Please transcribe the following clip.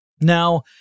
Now